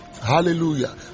hallelujah